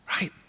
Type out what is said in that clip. right